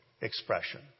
expression